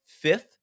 fifth